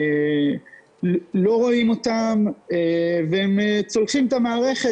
לא רואים אותם והם צולחים את המערכת